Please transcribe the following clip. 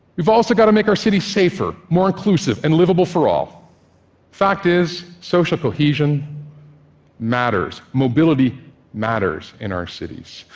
we've also got to make our cities safer, more inclusive, and livable for all. the fact is, social cohesion matters. mobility matters in our cities.